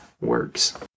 works